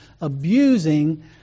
abusing